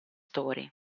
story